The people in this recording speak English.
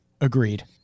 Agreed